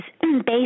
based